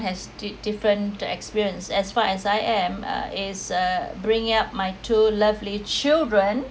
has di~ different to experience as far as I am uh is uh bringing up my two lovely children